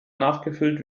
nachgefüllt